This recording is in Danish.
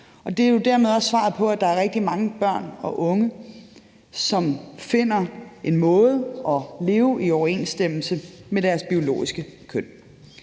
og det er jo dermed også svaret på, at der er rigtig mange børn og unge, som finder en måde at leve i overensstemmelse med deres biologiske køn,